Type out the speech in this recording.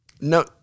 no